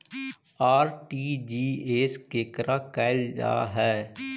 RTGS केकरा कहल जा है?